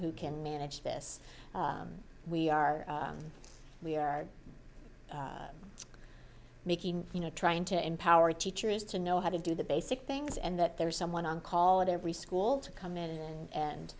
who can manage this we are we are making you know trying to empower teachers to know how to do the basic things and that there is someone on call at every school to come in and